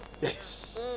Yes